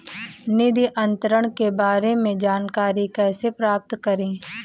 निधि अंतरण के बारे में जानकारी कैसे प्राप्त करें?